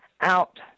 out